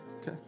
Okay